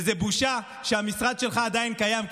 וזו בושה שהמשרד שלך עדיין קיים,